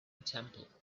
temple